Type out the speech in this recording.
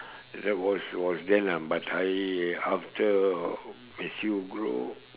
that was was then ah but I after as you grow